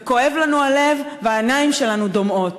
וכואב לנו הלב והעיניים שלנו דומעות.